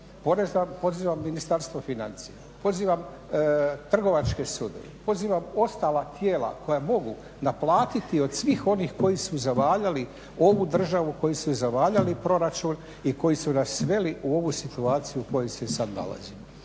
upravu, pozivam Ministarstvo financija, pozivam Trgovačke sudove, pozivam ostala tijela koja mogu naplatiti od svih onih koji su zavaljali ovu državu, koji su zavaljali proračun i koji su nas sveli u ovu situaciju u kojoj se sad nalazimo.